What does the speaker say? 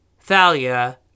Thalia